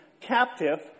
...captive